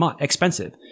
expensive